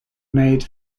made